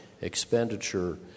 expenditure